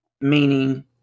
meaning